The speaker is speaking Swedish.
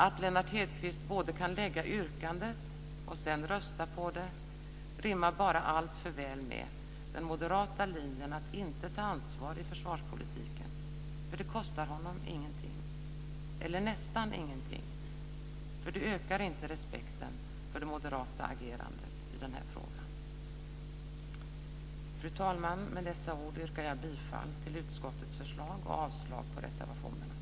Att Lennart Hedquist både kan lägga yrkandet och sedan rösta på det rimmar bara alltför väl med den moderata linjen att inte ta ansvar i försvarspolitiken, för det kostar honom ingenting - eller nästan ingenting. Det ökar nämligen inte respekten för det moderata agerandet i den här frågan. Fru talman! Med dessa ord yrkar jag bifall till utskottets förslag och avslag på reservationerna.